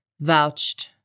vouched